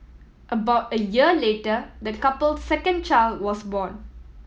about a year later the couple's second child was born